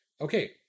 Okay